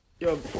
Yo